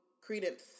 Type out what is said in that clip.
Credence